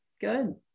Good